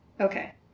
Okay